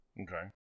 Okay